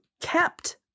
kept